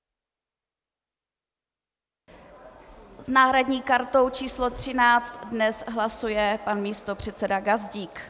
S náhradní kartou číslo 13 dnes hlasuje pan místopředseda Gazdík.